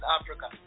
Africa